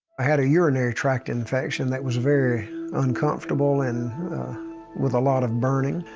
i had a urinary tract infection that was very uncomfortable and with a lot of burning.